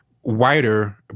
whiter